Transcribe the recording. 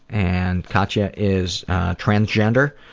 and katya is transgender,